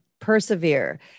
Persevere